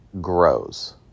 grows